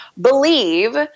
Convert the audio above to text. believe